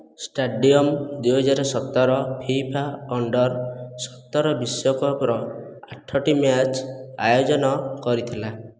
stadium ଦୁଇହଜାର ସତର FIFA under ସତର ବିଶ୍ୱକପ୍ର ଆଠଟି ମ୍ୟାଚ୍ ଆୟୋଜନ କରିଥିଲା